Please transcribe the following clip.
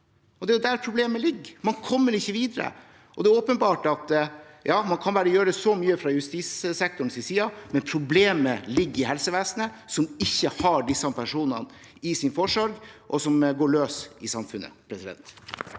Det er der problemet ligger. Man kommer ikke videre. Det er åpenbart at man bare kan gjøre så og så mye fra justissektorens side. Problemet ligger hos helsevesenet, som ikke har disse personene i sin forsorg, og at de da går løs i samfunnet.